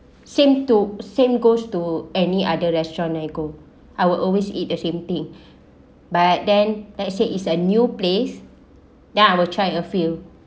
seemed to same goes to any other restaurant I go I would always eat the same thing but then let's say is a new place then I will try a few